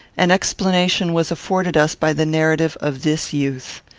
an explanation was afforded us by the narrative of this youth.